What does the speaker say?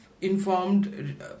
informed